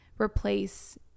replace